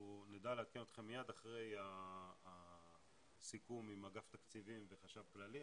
אנחנו נדע לעדכן אתכם מיד אחרי הסיכום עם אגף התקציבים והחשב הכללי.